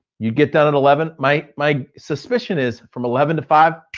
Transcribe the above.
you get down at eleven. my my suspicion is, from eleven to five,